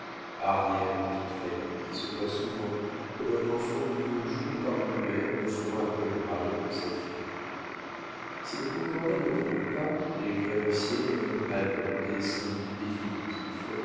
dividendes promis arrière petite faillite qui se voit souvent comme un enfant mis au jour par une mère neuf mois après le mariage de sa fille si le concordat ne prend pas les créanciers nomment alors des syndics définitifs